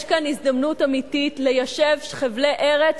יש כאן הזדמנות אמיתית ליישב חבלי ארץ,